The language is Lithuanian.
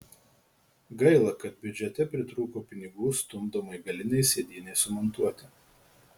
gaila kad biudžete pritrūko pinigų stumdomai galinei sėdynei sumontuoti